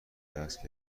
دست